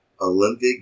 Olympic